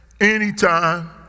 anytime